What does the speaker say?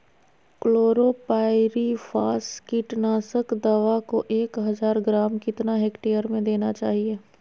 Chlorpyrifos कीटनाशक दवा को एक हज़ार ग्राम कितना हेक्टेयर में देना चाहिए?